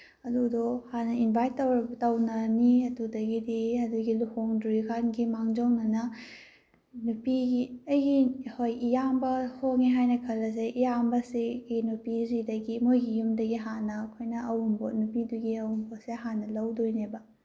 ꯑꯗꯨꯗꯣ ꯍꯥꯟꯅ ꯏꯟꯚꯥꯏꯠ ꯇꯧꯅꯅꯤ ꯑꯗꯨꯗꯒꯤꯗꯤ ꯑꯗꯨꯒꯤ ꯂꯨꯍꯣꯡꯗ꯭ꯔꯤꯀꯥꯟꯒꯤ ꯃꯥꯡꯖꯧꯅꯅ ꯅꯨꯄꯤꯒꯤ ꯑꯩꯒꯤ ꯍꯣꯏ ꯏꯌꯥꯝꯕ ꯍꯣꯡꯉꯦ ꯍꯥꯏꯅ ꯈꯜꯂꯁꯦ ꯏꯌꯥꯝꯕꯁꯤꯒꯤ ꯅꯨꯄꯤꯁꯤꯗꯒꯤ ꯃꯣꯏꯒꯤ ꯌꯨꯝꯗꯒꯤ ꯍꯥꯟꯅ ꯑꯩꯈꯣꯏꯅ ꯑꯋꯨꯟꯄꯣꯠ ꯅꯨꯄꯤꯗꯨꯒꯤ ꯑꯋꯨꯟꯄꯣꯠꯁꯦ ꯍꯥꯟꯅ ꯂꯧꯗꯣꯏꯅꯦꯕ